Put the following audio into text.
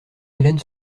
hélène